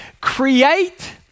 Create